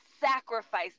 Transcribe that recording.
sacrifice